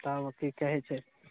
तब की कहै छै